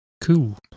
Cool